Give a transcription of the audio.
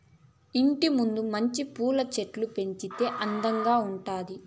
ఇంటి ముందు మంచి పూల చెట్లు పెంచితే అందంగా ఉండాది